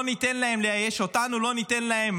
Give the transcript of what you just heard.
לא ניתן להם לייאש אותנו, לא ניתן להם